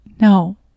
No